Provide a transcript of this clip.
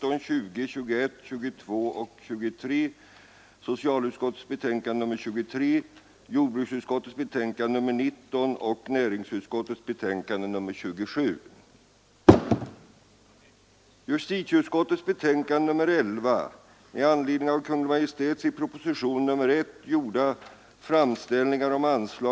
I fråga om detta betänkande hålles gemensam överläggning för samtliga punkter. Under den gemensamma överläggningen får yrkanden framställas beträffande samtliga punkter i betänkandet. I det följande redovisas endast de punkter, vid vilka under överläggningen framställts särskilda yrkanden.